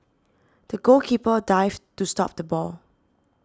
the goalkeeper dived to stop the ball